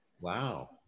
Wow